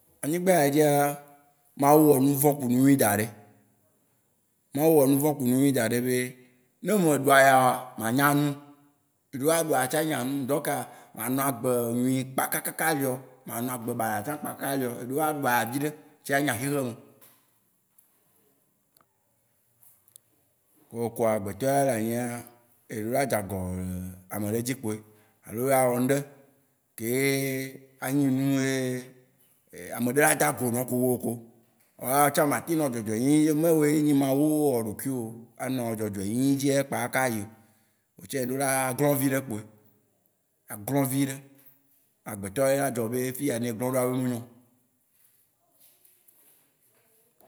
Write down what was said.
Dzi gbɔ̃ ɖɛa, nu nyuiɖe kpoe, dzi gbɔ̃ ɖɛ xɔxɔ le anyigbã dzia, nu nyuiɖe kpoe. Ne egbɔ̃ dzi ɖea, yea dze shi nu baɖa a dze shi nu vɔ. Ne egbɔ̃ dzi ɖɛ kpoa, enya ɖewo wó anyi tukaɖa be nya fia vɔa, vɔa eya dzi gbɔ̃ ɖɛ mea, yea kpɔ solution ne kaba, yea kpɔ ɖo ŋuti nɛ kaba. Ne egbɔ̃ dzi ɖɛ kpoa yea kpɔ ɖo ŋuti ne. Vɔa ne evayi tsɔ tukaɖa gba gba gba gba gba, meya akpɔ ɖo ŋuti neo. Dzi gbɔ̃ ɖɛa, enyi nu nyuiɖe le anyigba dzi nyo loo. Dzi gbɔ̃ ɖɛ yine gblɔm mielea, me nye be ne egbɔ dzi ɖɛ kpoa ye ŋutsi kpo ye enu wòa ne etsɔ alo nya wò ne etsɔa, dza gble yeo. Kake a kpɔ ɖo ŋuti nae kpoe. Akpɔ ɖo ŋuti ne. Ɖo ŋuti kpɔkpɔ ma, edza atsɔ susu ɖe na wò, a gba a kpla nuɖe wò. Eye nyi dzi gbɔ̃ ɖɛ. ame gã wó doa lo ɖe be dzi gbɔ̃ ɖɛ ye xɔ nu ɖu le e fiɔ si, xɔ ɖu le ga si. Dzi gbɔ̃ ɖɛ ye xɔ nu ɖu le fiɔ si xɔ ɖu le ga sia, ne etsɔ tukaɖaa, ma akpɔ ɖo ŋuti ne enya ɖe kpekpeo. Ta me nye nu ɖe ke gble nuɖe be mía be mè gbɔ̃ dzi ɖɛo ye wɔ ye wɔ lekea, awoo. dzi gbɔ ɖɛa, ye kpoe nyo.